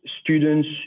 students